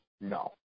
no